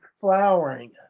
flowering